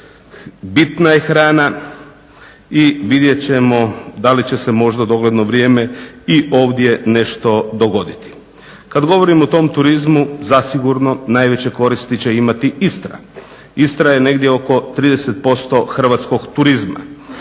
bitna je hrana i vidjet ćemo da li će se možda u dogledno vrijeme i ovdje nešto dogoditi. Kad govorim o tom turizmu zasigurno najveće koristi će imati Istra. Istra je negdje oko 30% hrvatskog turizma.